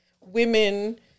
women